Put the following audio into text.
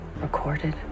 recorded